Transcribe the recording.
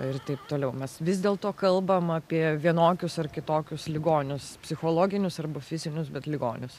ir taip toliau mes vis dėlto kalbam apie vienokius ar kitokius ligonius psichologinius arba fizinius bet ligonius